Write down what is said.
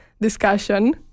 discussion